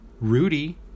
Rudy